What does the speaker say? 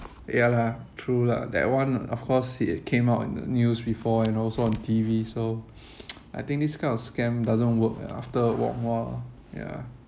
ya lah true lah that one of course it came out in the news before and also on T_V so I think this kind of scam doesn't work after a long while ya